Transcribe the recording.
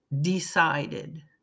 decided